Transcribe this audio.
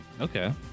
Okay